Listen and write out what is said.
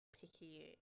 picky